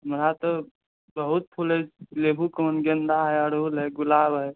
हमरा तऽ बहुत फूल अछि लेबू कोन गेन्दा है अरहुल है गुलाब है